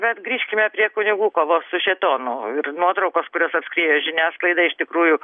bet grįžkime prie kunigų kovos su šėtonu ir nuotraukos kurios apskriejo žiniasklaidai iš tikrųjų